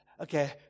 okay